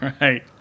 right